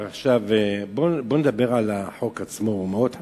בואו נדבר על החוק עצמו, הוא מאוד חשוב.